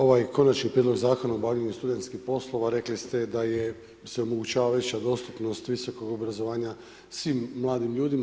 Ovaj Konačni prijedlog Zakona o obavljanju studentskih poslova, rekli ste da je, se omogućavala veća dostupnost visokog obrazovanja svim mladim ljudima.